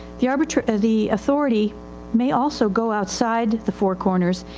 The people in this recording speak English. the arbitrator, the authority may also go outside the four corners,